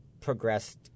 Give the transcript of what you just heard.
progressed